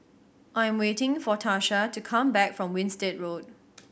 I am waiting for Tarsha to come back from Winstedt Road